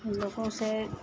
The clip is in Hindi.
लोगों से